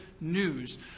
news